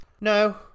no